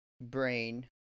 brain